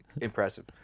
impressive